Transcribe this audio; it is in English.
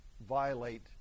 violate